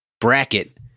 bracket